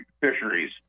fisheries